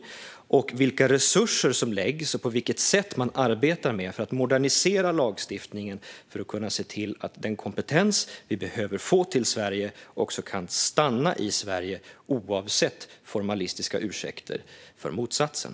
Och har han uppmärksammats på vilka resurser som läggs och hur man arbetar med att modernisera lagstiftningen för att kunna se till att den kompetens som vi behöver få till Sverige också kan stanna i Sverige - oavsett formalistiska ursäkter för motsatsen?